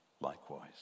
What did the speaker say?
likewise